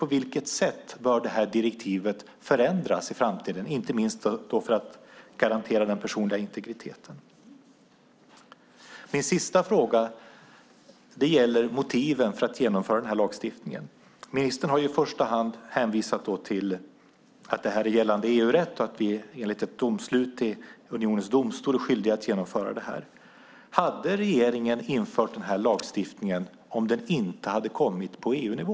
På vilket sätt bör direktivet förändras i framtiden, inte minst för att garantera den personliga integriteten? Min sista fråga gäller motiven för att införa den här lagstiftningen. Ministern har i första hand hänvisat till att det är gällande EU-rätt och att vi enligt ett domslut i unionens domstol är skyldiga att införa det här. Hade regeringen infört den här lagen om den inte hade kommit på EU-nivå?